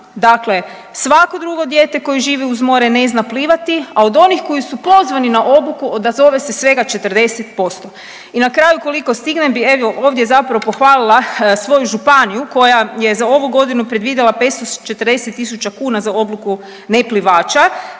dakle svako drugo dijete koje živi uz more ne zna plivati, a od onih koji su pozvani na obuku, odazove se svega 40%. I na kraju, koliko stignem bi evo, ovdje zapravo pohvalila svoju županiju koja je za ovu godinu predvidjela 540 tisuća kuna za obuku neplivača,